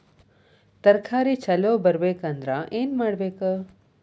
ತರಕಾರಿ ಛಲೋ ಬರ್ಬೆಕ್ ಅಂದ್ರ್ ಏನು ಮಾಡ್ಬೇಕ್?